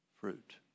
fruit